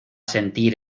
sentir